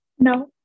no